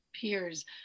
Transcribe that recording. peers